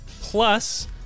plus